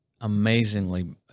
amazingly